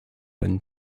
and